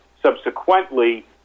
subsequently